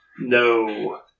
No